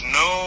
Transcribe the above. no